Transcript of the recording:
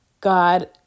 God